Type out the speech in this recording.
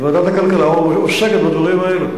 ועדת הכלכלה עוסקת בדברים האלה.